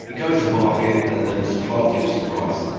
we go to the market and the supplier will give us a price.